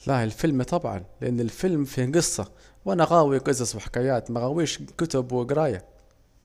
لاه في الفيلم طبعا، لأن الفيلم فيه جصة، وانا غاوي حصص وحكايات مغاويش كتب وجراية